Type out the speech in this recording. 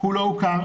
לא הוכר,